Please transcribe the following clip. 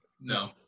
No